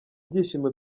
byishimo